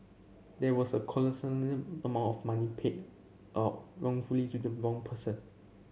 there was a amount of money paid out wrongfully to the wrong person